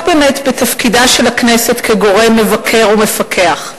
באמת בתפקידה של הכנסת כגורם מבקר ומפקח.